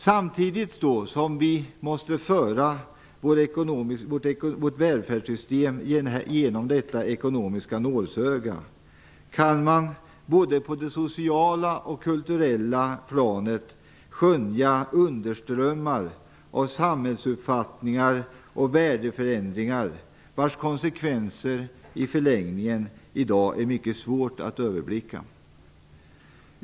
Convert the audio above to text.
Samtidigt som vi måste föra vårt välfärdssystem genom detta ekonomiska nålsöga kan man både på det sociala och på det kulturella planet skönja underströmmar, samhällsuppfattningar och värdeförändringar vars konsekvenser i förlängningen är svåra att överblicka.